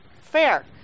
Fair